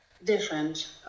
Different